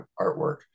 artwork